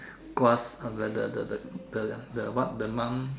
grass the the the the the the the what the monk